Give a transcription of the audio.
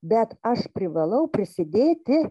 bet aš privalau prisidėti